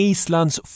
Islands